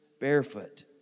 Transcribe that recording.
barefoot